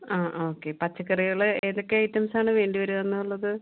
ആ ആ ഓക്കെ പച്ചക്കറികൾ ഏതൊക്കെ ഐറ്റംസാണ് വേണ്ടി വരുവാന്നുള്ളത്